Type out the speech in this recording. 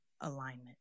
alignment